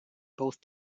both